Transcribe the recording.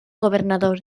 governador